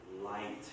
light